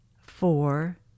Four